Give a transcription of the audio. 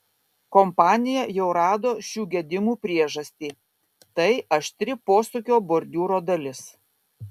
kompanija jau rado šių gedimų priežastį tai aštri posūkio bordiūro dalis